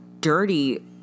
dirty